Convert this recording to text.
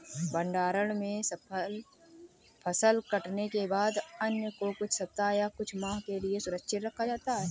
भण्डारण में फसल कटने के बाद अन्न को कुछ सप्ताह या कुछ माह के लिये सुरक्षित रखा जाता है